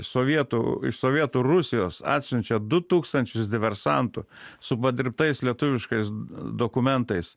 sovietų iš sovietų rusijos atsiunčia du tūkstančius diversantų su padirbtais lietuviškais dokumentais